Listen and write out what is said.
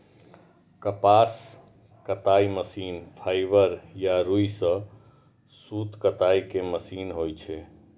कपास कताइ machine fibre या रुइ सं सूत कताइ के मशीन होइ छै